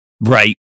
Right